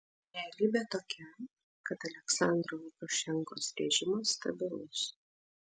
realybė tokia kad aliaksandro lukašenkos režimas stabilus